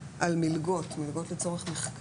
על מלגות לצורך מחקר.